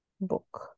book